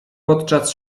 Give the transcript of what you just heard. podczas